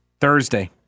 Thursday